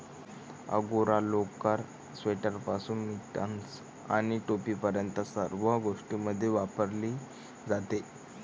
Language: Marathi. अंगोरा लोकर, स्वेटरपासून मिटन्स आणि टोपीपर्यंत सर्व गोष्टींमध्ये वापरली जाते